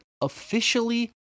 officially